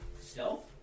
Stealth